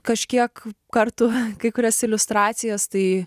kažkiek kartų kai kurias iliustracijas tai